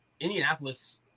Indianapolis